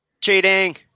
Cheating